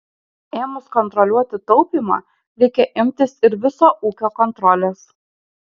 ėmus kontroliuoti taupymą reikia imtis ir viso ūkio kontrolės